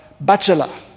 bachelor